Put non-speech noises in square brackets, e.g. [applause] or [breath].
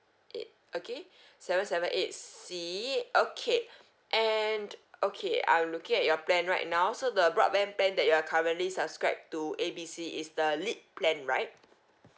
i~ okay [breath] seven seven eight C okay and okay I'm looking at your plan right now so the broadband plan that you are currently subscribe to A B C is the lite plan right